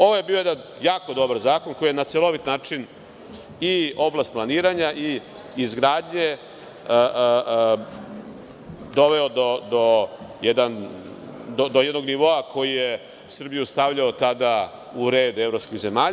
Ovo je bio jedan jako dobar zakon koji je na celovit način i oblast planiranja i oblast izgradnje doveo do jednog nivoa koji je Srbiju stavljao tada u red evropskih zemalja.